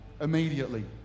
Immediately